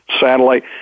satellite